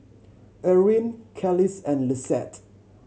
Erwin Kelis and Lissette